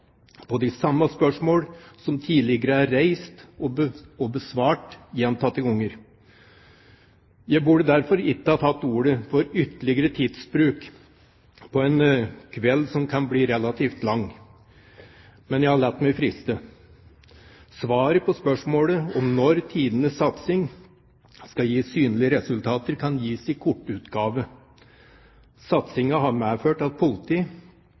på de samme spørsmålene som er reist og besvart gjentatte ganger. Jeg burde derfor ikke ha tatt ordet for ytterligere tidsbruk på en kveld som kan bli relativt lang, men jeg har latt meg friste. Svaret på spørsmålet om når tidenes satsing skal gi synlige resultater, kan gis i kortutgave. Satsingen har medført at